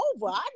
over